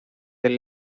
del